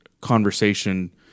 conversation